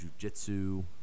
jujitsu